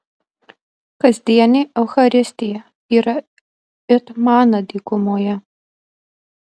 kasdienė eucharistija yra it mana dykumoje